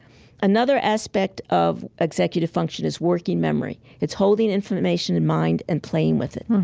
another aspect of executive function is working memory. it's holding information in mind and playing with it,